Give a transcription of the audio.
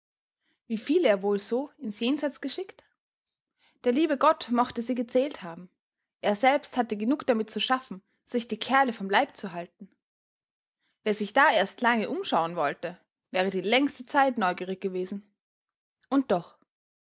wie viele er wohl so ins jenseits geschickt der liebe gott mochte sie gezählt haben er selbst hatte genug damit zu schaffen sich die kerle vom leibe zu halten wer sich da erst lange umschauen wollte wäre die längste zeit neugierig gewesen und doch